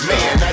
Man